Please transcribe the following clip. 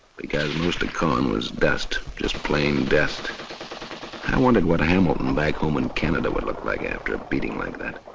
because most of caen was dust, just plain dust, and i wondered what hamilton back home in canada would look like after a beating like that.